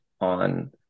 on